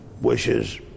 wishes